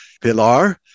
Pilar